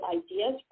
ideas